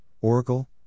Oracle